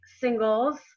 singles